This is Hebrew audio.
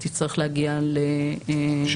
היא תצטרך להגיע לבית משפט.